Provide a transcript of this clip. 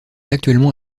actuellement